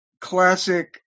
classic